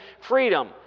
freedom